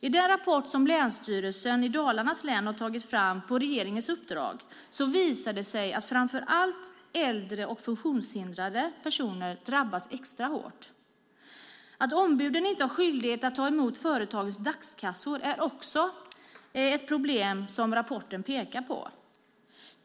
I den rapport som Länsstyrelsen i Dalarnas län på regeringens uppdrag tagit fram pekas det på att framför allt äldre och funktionshindrade personer drabbas extra hårt. Att ombuden inte har skyldighet att ta emot företagens dagskassor är ett annat problem som rapporten pekar på.